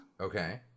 Okay